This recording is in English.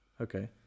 okay